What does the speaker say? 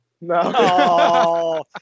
No